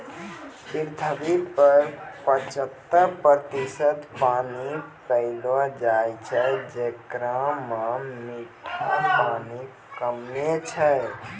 पृथ्वी पर पचहत्तर प्रतिशत पानी पैलो जाय छै, जेकरा म मीठा पानी कम्मे छै